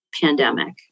pandemic